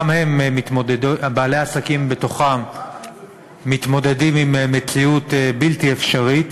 ובעלי העסקים בתוכם מתמודדים עם מציאות בלתי אפשרית.